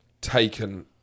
taken